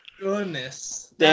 Goodness